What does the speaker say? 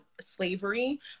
slavery